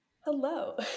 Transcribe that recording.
Hello